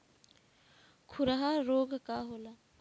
खुरहा रोग का होला?